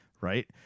right